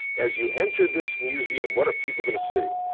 as you enter this museum, what are people going to see?